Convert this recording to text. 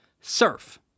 surf